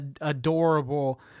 adorable